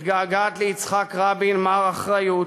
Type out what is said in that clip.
מתגעגעת ליצחק רבין מר אחריות,